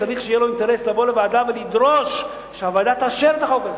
צריך שיהיה לו אינטרס לבוא לוועדה ולדרוש שהוועדה תאשר את החוק הזה.